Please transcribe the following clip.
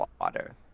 water